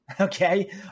okay